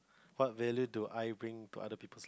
what really do I bring to other people